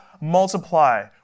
multiply